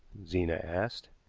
zena asked.